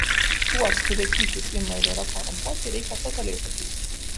tuos kurie kyšius ima ir yra korumpuoti reikia totaliai pakeisti